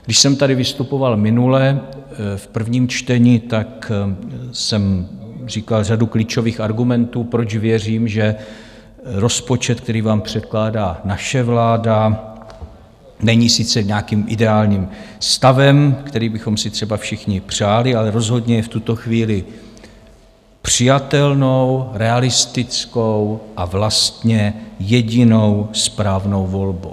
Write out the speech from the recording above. Když jsem tady vystupoval minule v prvním čtení, tak jsem říkal řadu klíčových argumentů, proč věřím, že rozpočet, který vám předkládá naše vláda, není sice nějakým ideálním stavem, který bychom si třeba všichni přáli, ale rozhodně je v tuto chvíli přijatelnou, realistickou a vlastně jedinou správnou volbou.